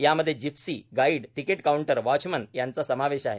यामध्ये gypsy guide ticket counter watchman यांचा समावेश आहे